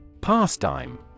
Pastime